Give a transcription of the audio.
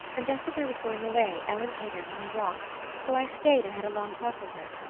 and just as i was going away ellen came in from a walk so i stayed and had a long talk with her.